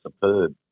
superb